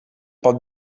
pot